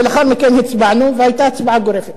ולאחר מכן הצבענו והיתה הצבעה גורפת.